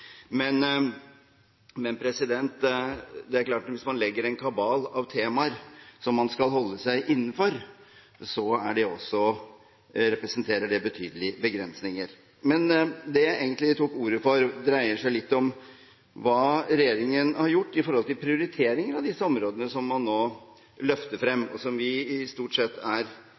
Det er klart at hvis man legger en kabal av temaer som man skal holde seg innenfor, representerer det også betydelige begrensninger. Men det jeg egentlig tok ordet for, dreier seg litt om hva regjeringen har gjort når det gjelder prioriteringen av disse områdene som man nå løfter frem, og som vi nå stort sett er